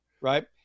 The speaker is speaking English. right